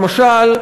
למשל,